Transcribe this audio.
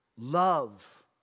love